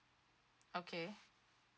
okay